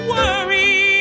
worry